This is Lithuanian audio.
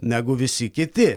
negu visi kiti